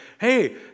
Hey